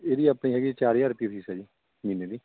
ਇਹਦੀ ਆਪਣੀ ਹੈਗੀ ਚਾਰ ਹਜ਼ਾਰ ਰੁਪਈਆ ਫ਼ੀਸ ਆ ਜੀ ਮਹੀਨੇ ਦੀ